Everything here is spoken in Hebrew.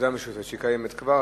ועדה משותפת שקיימת כבר.